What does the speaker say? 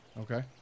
Okay